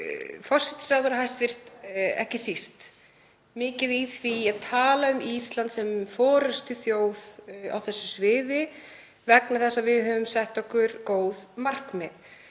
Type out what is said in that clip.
hæstv. forsætisráðherra ekki síst mikið í því að tala um Ísland sem forystuþjóð á þessu sviði vegna þess að við höfum sett okkur góð markmið.